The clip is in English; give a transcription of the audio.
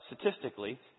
statistically